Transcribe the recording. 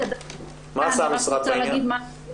מה עשה המשרד בעניין?